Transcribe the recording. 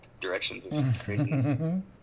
directions